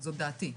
זו דעתי,